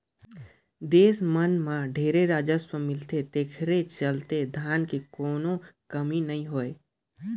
देस मन मं ढेरे राजस्व मिलथे तेखरे चलते धन के कोनो कमी नइ होय